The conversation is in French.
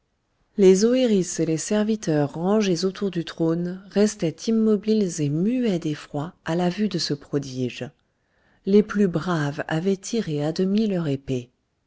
les oëris et les serviteurs rangés autour du trône restaient immobiles et muets d'effroi à la vue de ce prodige les plus braves avaient tiré à demi leur épée